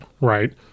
Right